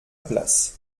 place